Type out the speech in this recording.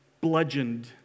bludgeoned